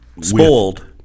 Spoiled